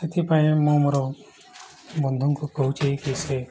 ସେଥିପାଇଁ ମୁଁ ମୋର ବନ୍ଧୁଙ୍କୁ କହୁଛି କି ସେ